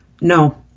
No